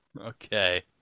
Okay